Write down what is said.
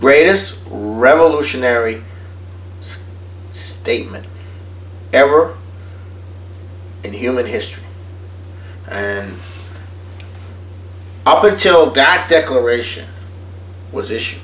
greatest revolutionary statement ever in human history and up until that declaration was issue